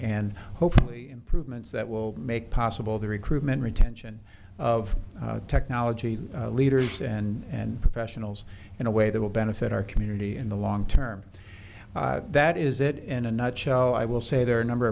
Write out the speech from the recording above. and hopefully prove ment's that will make possible the recruitment retention of technology leaders and professionals in a way that will benefit our community in the long term that is it in a nutshell i will say there are a number